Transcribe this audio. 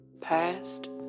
Past